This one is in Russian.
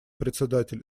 председатель